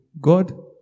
God